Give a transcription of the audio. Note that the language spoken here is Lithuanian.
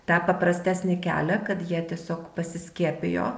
tą paprastesnį kelią kad jie tiesiog pasiskiepijo